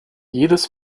jedes